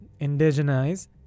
indigenize